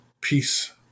peace